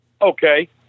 Okay